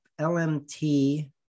LMT